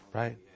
right